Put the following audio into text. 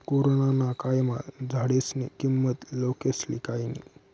corona ना कायमा झाडेस्नी किंमत लोकेस्ले कयनी